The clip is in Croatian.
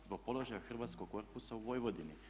Zbog položaja hrvatskog korpusa u Vojvodini.